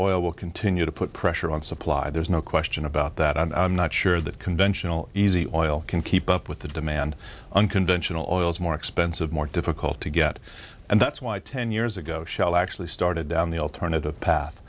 oil will continue to put pressure on supply there's no question about that and i'm not sure that conventional easy oil can keep up with the demand unconventional oil is more expensive more difficult to get and that's why ten years ago shell actually started down the alternative path